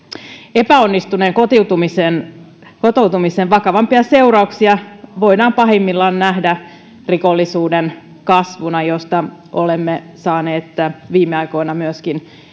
epäonnistuneen kotoutumisen kotoutumisen vakavampia seurauksia voidaan pahimmillaan nähdä rikollisuuden kasvuna josta olemme saaneet viime aikoina myöskin